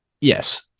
Yes